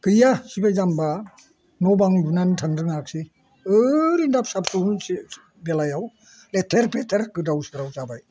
गैया सिबाय जाम्बा न' बां लुनानै दोननो रोङासै ओरैनो दा फिसा फिसौनि बेलायाव लेथेर फेथेर गोदाव सोराव जाबाय